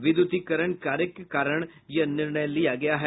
विद्युतीकरण के कार्य को लेकर यह निर्णय लिया गया है